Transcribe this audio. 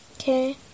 Okay